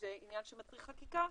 וזה עניין שמצריך חקיקה,